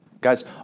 Guys